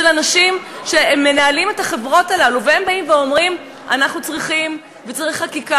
של אנשים שמנהלים את החברות הללו והם באים ואומרים: אנחנו צריכים חקיקה,